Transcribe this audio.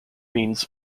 means